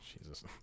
Jesus